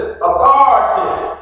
authorities